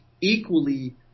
equally